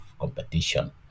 competition